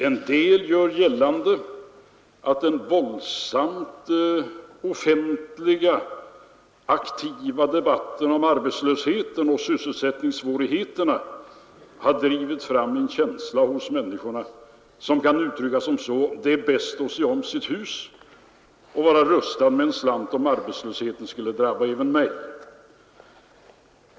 En del gör gällande att den våldsamt aktiva offentliga debatten om arbetslösheten och sysselsättningssvårigheterna har drivit fram en känsla hos människorna som kan uttryckas som så: Det är bäst att se om sitt hus och vara rustad med en slant om arbetslösheten skulle drabba även mig.